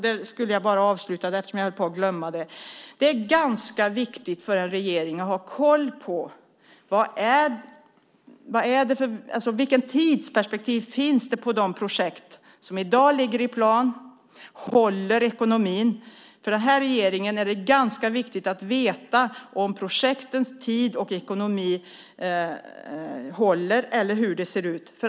Jag ska bara avsluta med, eftersom jag höll på att glömma det, att det är ganska viktigt för en regering att ha koll på vilket tidsperspektiv det finns på de projekt som i dag ligger i plan. Håller ekonomin? För den här regeringen är det ganska viktigt att veta om projektens tid och ekonomi håller eller hur det ser ut.